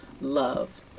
Love